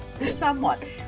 Somewhat